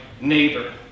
neighbor